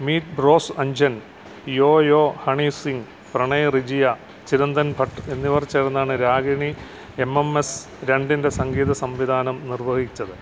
meet Bros Anjjan Yo Yo Honey Singh Pranay Rijia Chirantan Bhatt എന്നിവർ ചേർന്നാണ് Ragini M M S രണ്ടിന്റെ സംഗീത സംവിധാനം നിർവ്വഹിച്ചത്